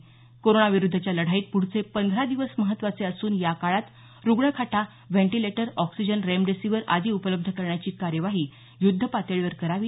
कोरोनाविरुद्धच्या लढाईत पुढचे पंधरा दिवस महत्त्वाचे असून याकाळात रुग्णखाटा व्हेंटिलेटर ऑक्सिजन रेमडिसिव्हीर आदी उपलब्ध करण्याची कार्यवाही युद्धपातळीवर करावी